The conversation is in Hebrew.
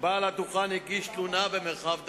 בעל הדוכן הגיש תלונה במרחב דוד.